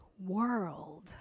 world